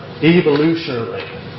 evolutionarily